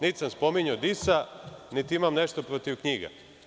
Niti sam spominjao Disa, niti imam nešto protiv njega.